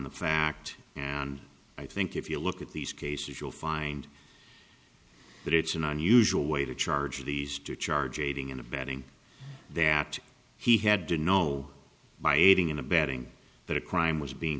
the fact and i think if you look at these cases you'll find that it's an unusual way to charge these two charge aiding and abetting that he had to know by aiding and abetting that a crime was being